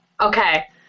Okay